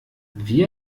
wie